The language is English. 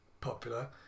popular